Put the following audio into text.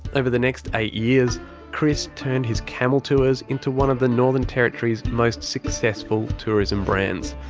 over the next eight years chris turned his camel tours into one of the northern territory's most successful tourism brands.